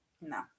No